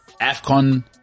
Afcon